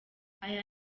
aya